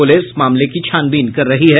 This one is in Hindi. पुलिस मामले की छानबीन कर रही है